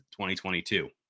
2022